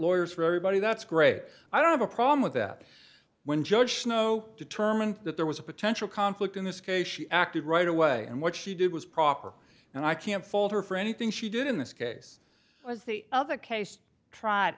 lawyers for everybody that's great i don't have a problem with that when judge snow determined that there was a potential conflict in this case she acted right away and what she did was proper and i can't fault her for anything she did in this case was the other case tried